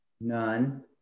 None